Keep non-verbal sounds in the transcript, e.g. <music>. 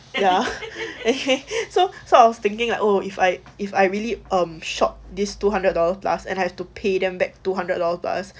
ya <laughs> so so I was thinking like oh if I if I really um short this two hundred dollars plus and have to pay them back two hundred dollars